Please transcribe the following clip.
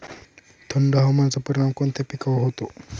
थंड हवामानाचा परिणाम कोणत्या पिकावर होतो?